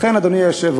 לכן, אדוני היושב-ראש,